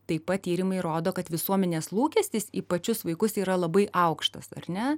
taip pat tyrimai rodo kad visuomenės lūkestis į pačius vaikus yra labai aukštas ar ne